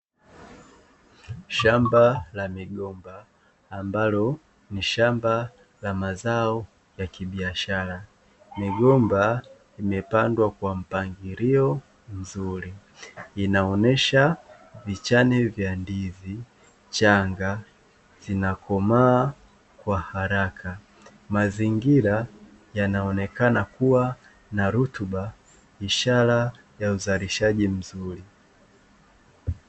Shamba la migomba ambalo ni shamba la mazao ya kibiashara. Migomba imepandwa kwa mpangilio mzuri, inaonyesha vichane vya ndizi changa zinakomaa kwa haraka. Mazingira yanaonekana kuwa na rutuba ishara ya uzalishaji mzuri.